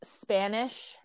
Spanish